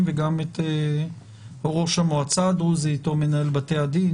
וגם את ראש המועצה הדרוזית או מנהל בתי הדין,